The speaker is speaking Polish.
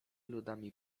ludami